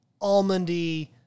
almondy